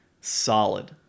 solid